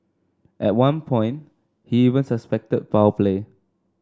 at one point he even suspected foul play